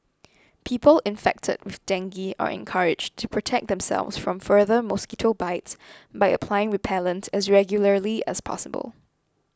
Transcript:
people infected with dengue are encouraged to protect themselves from further mosquito bites by applying repellent as regularly as possible